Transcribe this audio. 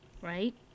right